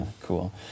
Cool